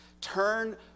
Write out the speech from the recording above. Turn